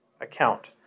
account